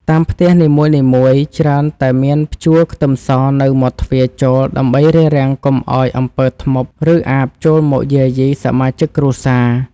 តាមផ្ទះនីមួយៗច្រើនតែមានព្យួរខ្ទឹមសនៅមាត់ទ្វារចូលដើម្បីរារាំងកុំឱ្យអំពើធ្មប់ឬអាបចូលមកយាយីសមាជិកគ្រួសារ។